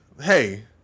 Hey